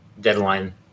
Deadline